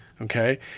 okay